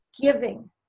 giving